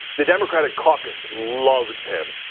the democratic caucus loves him,